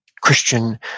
Christian